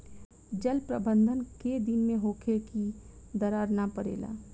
जल प्रबंधन केय दिन में होखे कि दरार न परेला?